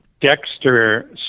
Dexter